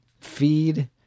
feed